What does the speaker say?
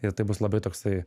ir tai bus labai toksai